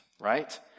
right